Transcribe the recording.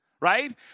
right